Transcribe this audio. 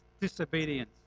disobedience